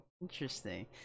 interesting